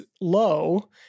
low